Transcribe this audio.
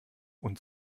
und